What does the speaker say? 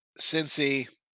Cincy